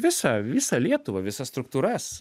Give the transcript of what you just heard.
visą visą lietuvą visas struktūras